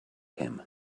him